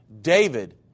David